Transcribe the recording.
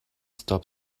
stop